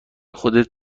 خودت